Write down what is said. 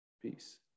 Peace